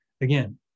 Again